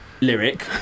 lyric